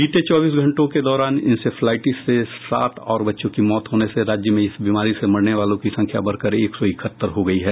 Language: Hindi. बीते चौबीस घंटों के दौरान इंसेफ्लाइटिस से सात और बच्चों की मौत होने से राज्य में इस बीमारी से मरने वालों की संख्या बढ़कर एक सौ इकहत्तर हो गयी है